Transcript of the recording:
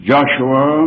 Joshua